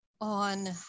on